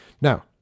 Now